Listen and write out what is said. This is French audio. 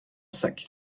sac